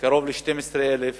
קרוב ל-12,000